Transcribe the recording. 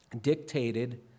dictated